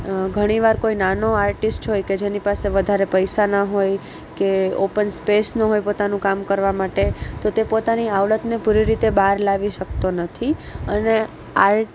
ઘણીવાર કોઈ નાનો આર્ટિસ્ટ હોય કે જેની પાસે વધારે પૈસા ન હોય કે ઓપન સ્પેસ ન હોય પોતાનું કામ કરવા માટે તો તે પોતાની આવડતને પૂરી રીતે બહાર લાવી શકતો નથી અને આર્ટ